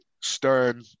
stern